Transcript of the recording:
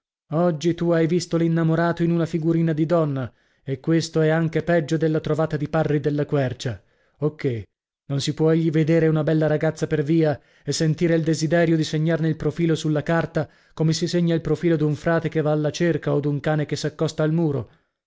oggi tu hai visto l'innamorato in una figurina di donna e questo è anche peggio della trovata di parri della quercia o che non si può egli vedere una bella ragazza per via e sentire il desiderio di segnarne il profilo sulla carta come si segna il profilo d'un frate che va alla cerca o d'un cane che s'accosta al muro